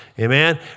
amen